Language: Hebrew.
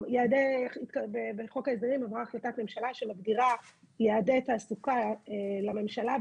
בחוק ההסדרים עברה החלטת ממשלה שמגדירה יעדי תעסוקה לממשלה.